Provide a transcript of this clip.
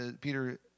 Peter